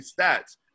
stats